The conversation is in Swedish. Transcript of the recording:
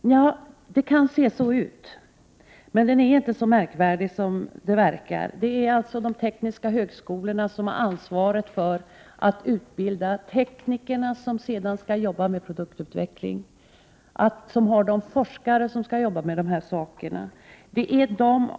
Ja, det kan se ut så. Men sammansättningen är inte så märkvärdig som man kan tro. De tekniska högskolorna har alltså ansvaret för utbildningen av de tekniker som sedan skall jobba med produktutveckling. De har de forskare som skall jobba med dessa saker.